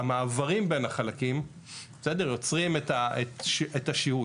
המעברים בין החלקים יוצרים את השיהוי.